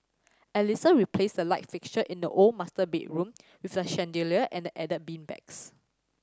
Alissa replaced the light fixture in the old master bedroom with a chandelier and added beanbags